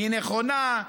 היא נכונה,